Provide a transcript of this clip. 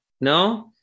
No